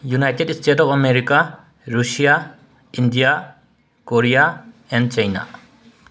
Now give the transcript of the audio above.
united state of America Russia India Korea and China